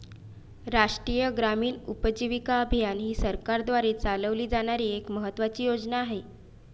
राष्ट्रीय ग्रामीण उपजीविका अभियान ही सरकारद्वारे चालवली जाणारी एक महत्त्वाची योजना आहे